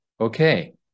okay